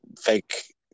fake